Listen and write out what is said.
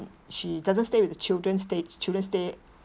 she doesn't stay with the children stay children stay